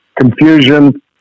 confusion